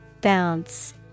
Bounce